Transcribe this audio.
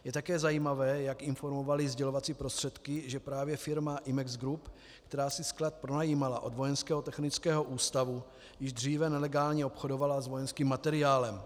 Je také zajímavé, jak informovaly sdělovací prostředky, že právě firma IMEX GROUP, která si sklad pronajímala od Vojenského technického ústavu již dříve, nelegálně obchodovala s vojenským materiálem.